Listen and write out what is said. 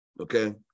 okay